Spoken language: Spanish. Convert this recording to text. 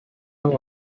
los